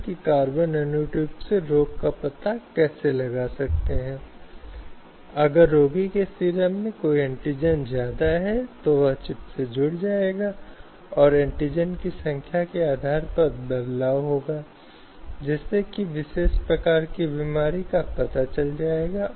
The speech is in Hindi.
इसलिए जो बहुत महत्वपूर्ण है वह है यौन संबंध किसी भी अन्य प्रकार का व्यवहार या किसी अन्य प्रकार के शब्दों का प्रयोग अभिव्यक्तियाँ जिनका कोई यौन संबंध नहीं है इस अर्थ में कि वह एक महिला हैं और कुछ निश्चित हैं उसके पहलुओं जो उसकी कामुकता या विशेष रूप से उसकी स्त्रीत्व का उल्लेख करते हैं